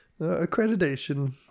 accreditation